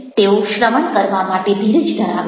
તેઓ શ્રવણ કરવા માટે ધીરજ ધરાવે છે